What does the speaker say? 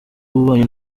w’ububanyi